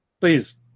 please